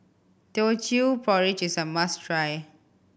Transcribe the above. Teochew Porridge is a must try